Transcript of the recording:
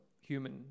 human